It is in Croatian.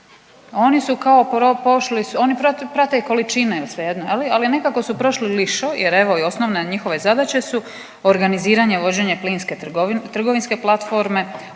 Oni su kao pošli, oni prate količine ali nekako su prošli lišo, jer evo osnovne njihove zadaće su organiziranje, vođenje plinske trgovinske platforme,